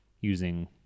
using